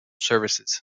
services